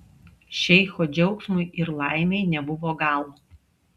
šeicho džiaugsmui ir laimei nebuvo galo